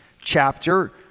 chapter